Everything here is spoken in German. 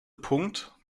punkt